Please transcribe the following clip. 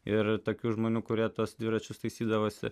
ir tokių žmonių kurie tuos dviračius taisydavosi